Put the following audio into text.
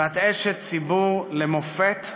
ואת אשת ציבור למופת.